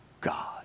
God